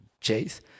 chase